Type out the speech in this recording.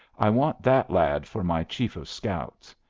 i want that lad for my chief of scouts.